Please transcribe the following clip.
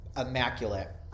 immaculate